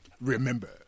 remember